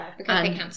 Okay